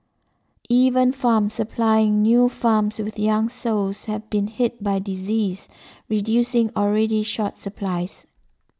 even farms supplying new farms with young sows have been hit by disease reducing already short supplies